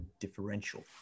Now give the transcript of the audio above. differential